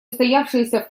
устоявшиеся